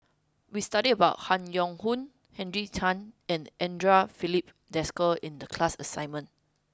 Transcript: we studied about Han Yong Hong Henry Tan and Andre Filipe Desker in the class assignment